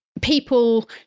people